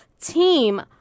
team